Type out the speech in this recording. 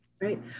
Right